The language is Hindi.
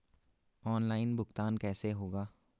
ऑनलाइन भुगतान कैसे होगा?